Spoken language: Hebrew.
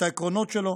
את העקרונות שלו.